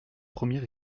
premier